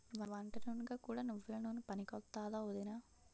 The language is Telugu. వంటనూనెగా కూడా నువ్వెల నూనె పనికొత్తాదా ఒదినా?